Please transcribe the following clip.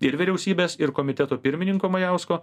ir vyriausybės ir komiteto pirmininko majausko